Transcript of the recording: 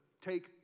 take